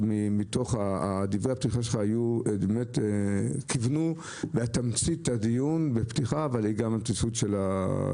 דברי הפתיחה שלך כיוונו באמת לתמצית הדיון וגם הסיום.